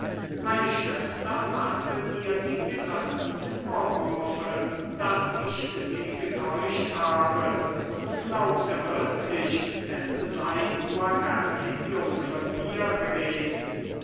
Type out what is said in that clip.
meine schwester machte mir die bittersten vorwürfe daß ich sie getäuscht habe und glaubte wirklich es sei nur erfindung von mir gewesen